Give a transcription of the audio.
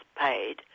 paid